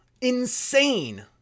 insane